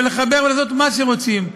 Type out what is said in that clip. ולחבר ולעשות מה שרוצים.